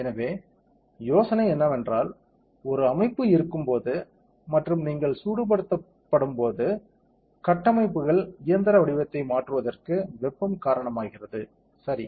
எனவே யோசனை என்னவென்றால் ஒரு அமைப்பு இருக்கும்போது மற்றும் நீங்கள் சூடுபடுத்தும்போது கட்டமைப்புகள் இயந்திர வடிவத்தை மாற்றுவதற்கு வெப்பம் காரணமாகிறது சரி